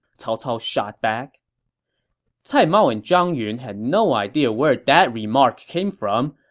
cao cao shot back cai mao and zhang yun had no idea where that remark came from,